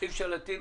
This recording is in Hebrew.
אי אפשר להטיל